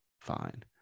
fine